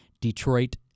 Detroit